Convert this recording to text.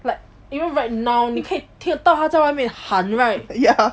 like even right now and you 可以听得到他在外面喊 right